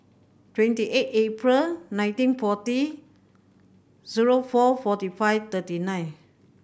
twenty eight April nineteen forty zero four forty five thirty nine